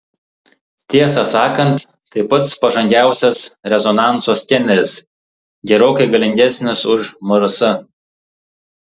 tiesą sakant tai pats pažangiausias rezonanso skeneris gerokai galingesnis už mrs